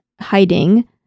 Hiding